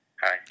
Hi